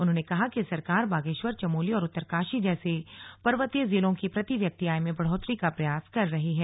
उन्होंने कहा कि सरकार बागेश्वर चमोली और उत्तरकाशी जैसे पर्वतीय जिलों की प्रति व्यक्ति आय में बढ़ोतरी का प्रयास कर रही है